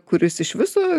kuris iš viso